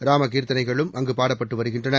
ராம கீர்த்தனைகளும் அங்கு பாடப்பட்டு வருகின்றன